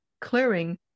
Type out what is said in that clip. clearing